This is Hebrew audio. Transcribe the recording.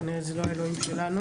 כנראה זה לא האלוהים שלנו.